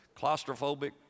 claustrophobic